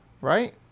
right